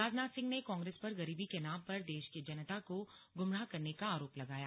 राजनाथ सिंह ने कांग्रेस पर गरीबी के नाम पर देश की जनता को गुमराह करने का आरोप लगाया